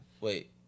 Wait